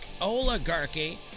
oligarchy